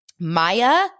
Maya